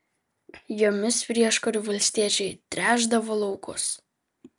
jomis prieškariu valstiečiai tręšdavo laukus